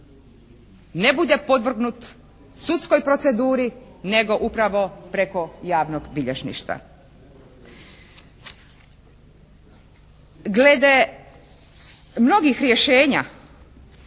ne bude podvrgnut sudskoj proceduri nego upravo preko javnog bilježništva. Glede mnogih rješenja